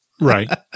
Right